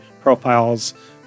profiles